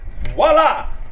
Voila